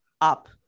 up